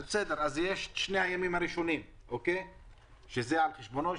אז יש את שני הימים הראשונים על חשבונו,